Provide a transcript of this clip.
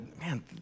man